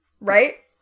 Right